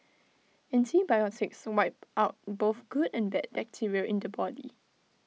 antibiotics wipe out both good and bad bacteria in the body